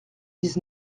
dix